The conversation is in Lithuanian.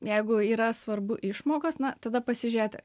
jeigu yra svarbu išmokos na tada pasižiūrėti